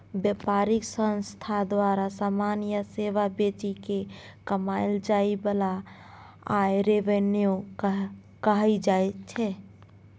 बेपारिक संस्था द्वारा समान या सेबा बेचि केँ कमाएल जाइ बला आय रेवेन्यू कहाइ छै